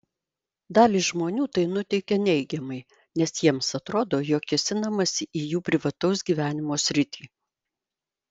dalį žmonių tai nuteikia neigiamai nes jiems atrodo jog kėsinamasi į jų privataus gyvenimo sritį